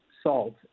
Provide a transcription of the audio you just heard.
salt